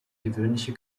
gewöhnliche